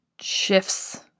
shifts